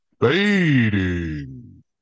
Fading